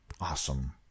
Awesome